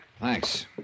Thanks